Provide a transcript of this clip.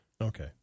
Okay